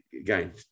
again